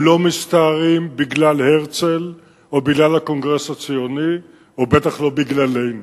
הם לא מסתערים בגלל הרצל או בגלל הקונגרס הציוני או בטח לא בגללנו.